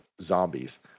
zombies